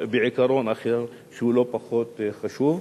בעיקרון אחר, שהוא לא פחות חשוב,